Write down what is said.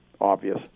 obvious